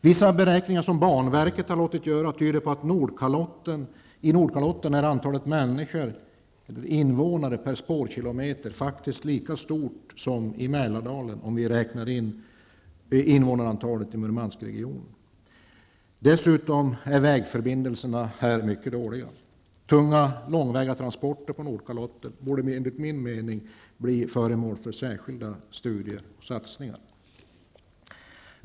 Vissa beräkningar som banverket har låtit göra tyder på att antalet invånare per spårkilometer i Nordkalotten faktiskt är lika stort som i Mälardalen, om vi räknar in invånarna i Murmanskregionen. Dessutom är vägförbindelserna mycket dåliga. Tunga och långväga transporter på Nordkalotten borde enligt min mening bli föremål för särskilda studier och satsningar.